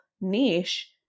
niche